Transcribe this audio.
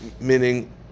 meaning